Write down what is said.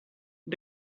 and